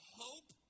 hope